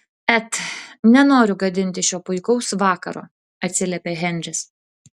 et nenoriu gadinti šio puikaus vakaro atsiliepė henris